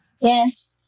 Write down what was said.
Yes